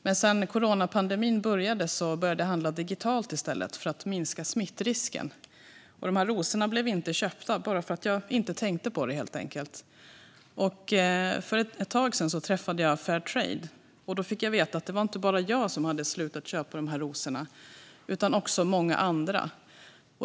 Men när coronapandemin bröt ut började jag handla digitalt i stället, för att minska smittrisken, och de här rosorna blev inte köpta - helt enkelt för att jag inte tänkte på det. För ett tag sedan träffade jag Fairtrade. Då fick jag veta att det inte bara var jag som hade slutat att köpa dessa rosor utan också många andra.